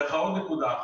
עוד נקודה.